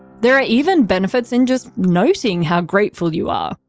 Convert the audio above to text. there are even benefits in just noting how grateful you are.